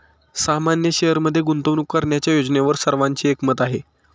सामान्य शेअरमध्ये गुंतवणूक करण्याच्या योजनेवर सर्वांचे एकमत आहे